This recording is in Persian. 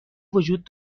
وجود